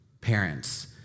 Parents